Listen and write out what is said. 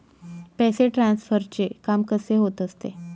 पैसे ट्रान्सफरचे काम कसे होत असते?